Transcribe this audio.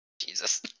Jesus